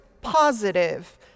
positive